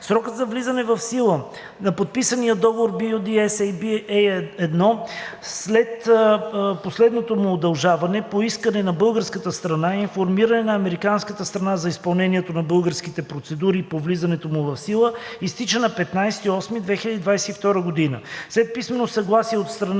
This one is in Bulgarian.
Срокът за влизане в сила на подписания договор BU-D-SAB А1 след последното му удължаване по искане на българската страна, и информиране на американската страна за изпълнението на българските процедури по влизането му в сила изтича на 15 август 2022 г. След писмено съгласие от страна